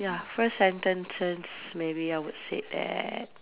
ya first sentences maybe I would say that